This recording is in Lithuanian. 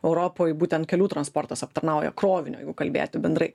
europoj būtent kelių transportas aptarnauja krovinio jeigu kalbėti bendrai